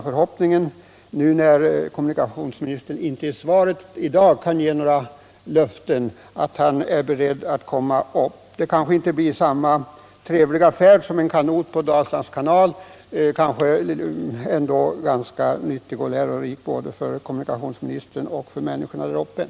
Eftersom kommunikationsministern inte i svaret i dag kan ge några löften, vill jag uttala förhoppningen att han är beredd att komma upp. Det kanske inte blir en lika trevlig färd som en kanottur på Dalslands kanal, som Olle Eriksson nyss inbjöd till, men den kanske blir nyttig och lärorik för både kommunikationsministern och människorna i området.